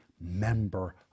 member